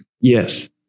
yes